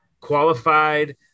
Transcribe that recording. qualified